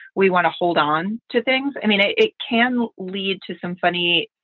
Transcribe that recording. we want to hold on to things. i mean, it it can lead to some funny,